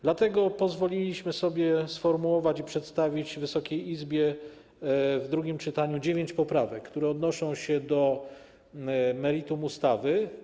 Dlatego pozwoliliśmy sobie sformułować i przedstawić Wysokiej Izbie w drugim czytaniu dziewięć poprawek, które odnoszą się do meritum ustawy.